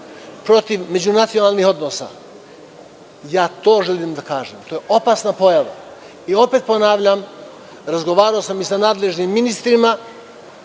protiv međunacionalnih odnosa. Ja to želim da kažem, jer to je opasna pojava. Opet ponavljam, razgovarao sam i sa nadležnim ministrima